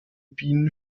bienen